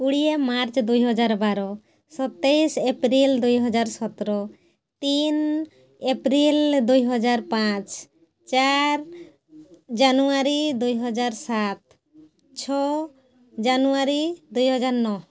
କୋଡ଼ିଏ ମାର୍ଚ୍ଚ ଦୁଇ ହଜାର ବାର ସତେଇଶି ଏପ୍ରିଲ୍ ଦୁଇ ହଜାର ସତର ତିନି ଏପ୍ରିଲ୍ ଦୁଇ ହଜାର ପାଞ୍ଚ ଚାରି ଜାନୁୟାରୀ ଦୁଇ ହଜାର ସାତ ଛଅ ଜାନୁୟାରୀ ଦୁଇ ହଜାର ନଅ